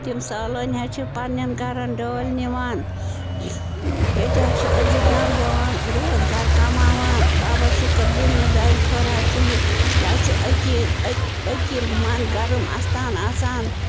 تِم سٲلٲنۍ حظ چھِ پَنٛنٮ۪ن گَرَن ڈٲلۍ نِوان ییٚتہِ حظ چھِ أزیِکۍ نوجوان روزگار کماوان بابا شُکُر دیٖن نہِ دعٲے خٲر حظ چھِ یہِ یہِ حظ چھِ عقید عقید منٛد گرم اَستان آسان